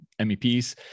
MEPs